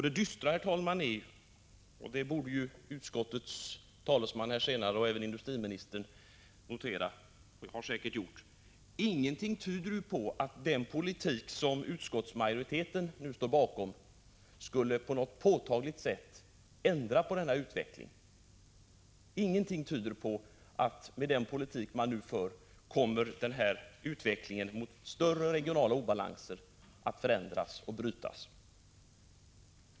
Det dystra, herr talman, är — det borde utskottets talesman och även industriministern notera, vilket de säkert gjort — att ingenting tyder på att den politik som utskottsmajoriteten står bakom på något påtagligt sätt skulle ändra på denna utveckling. Ingenting tyder på att utvecklingen mot större regionala obalanser med den politik som nu förs kommer att förändras och brytas.